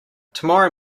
tomorrow